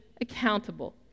accountable